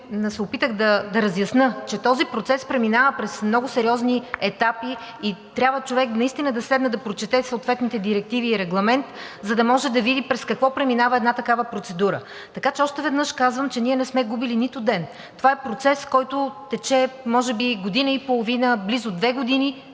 се опитах да разясня, че този процес преминава през много сериозни етапи и трябва човек наистина да седне да прочете съответните директиви и Регламент, за да може да види през какво преминава една такава процедура. Така че още веднъж казвам, че ние не сме губили нито ден. Това е процес, който тече може би година и половина, близо две години.